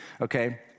okay